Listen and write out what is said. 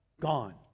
Gone